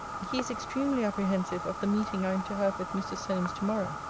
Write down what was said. he is extremely apprehensive of the meeting i am to have with mr. solmes to-morrow.